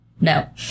No